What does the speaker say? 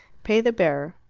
pay the bearer.